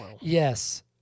yes